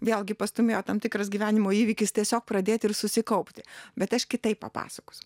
vėlgi pastūmėjo tam tikras gyvenimo įvykis tiesiog pradėti ir susikaupti bet aš kitaip papasakosiu